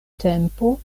tempo